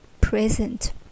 present